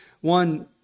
One